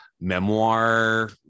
memoir